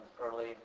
early